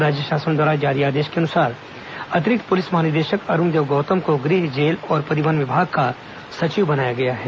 राज्य शासन द्वारा जारी आदेश के अनुसार अतिरिक्त पुलिस महानिदेशक अरूण देव गौतम को गृह जेल और परिवहन विभाग का सचिव बनाया गया है